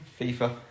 FIFA